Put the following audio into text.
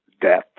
death